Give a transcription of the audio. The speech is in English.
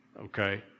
Okay